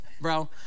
bro